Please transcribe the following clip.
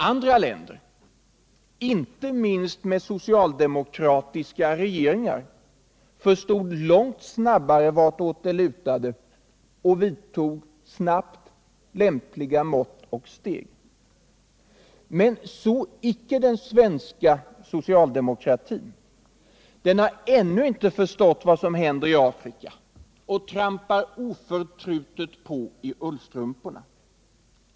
Andra länder, inte minst med socialdemokratiska regeringar, förstod tidigt vartåt det lutade och vidtog snabbt lämpliga mått och steg. Men så icke den svenska socialdemokratin. Den har ännu inte förstått vad som händer i Afrika och trampar oförtrutet på i ullstrumporna.